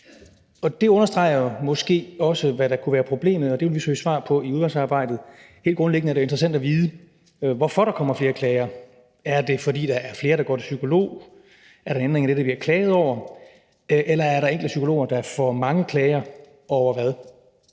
Det understreger måske også, hvad der kunne være problemet, og det vil vi søge svar på i udvalgsarbejdet. Helt grundlæggende er det jo interessant at vide, hvorfor der kommer flere klager. Er det, fordi der er flere, der går til psykolog? Er der ændringer i det, der bliver klaget over? Eller er der enkelte psykologer, der får mange klager? Og hvad